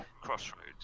crossroads